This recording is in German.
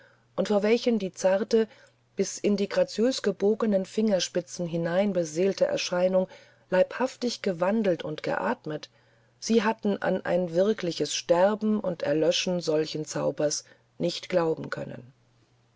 und vor welchen die zarte bis in die graziös gebogenen fingerspitzen hinein beseelte erscheinung leibhaftig gewandelt und geatmet sie hatten an ein wirkliches sterben und erlöschen solchen zaubers nicht glauben können